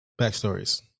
Backstories